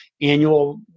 annual